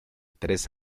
tres